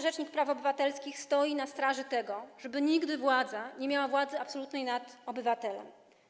Rzecznik praw obywatelskich stoi na straży tego, żeby nigdy władza nie miała władzy absolutnej nad obywatelem.